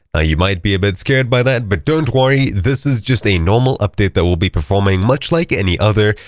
ah you might be a bit scared by that, but don't worry this is just anormal update that will be performing much like any other.